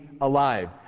alive